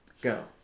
go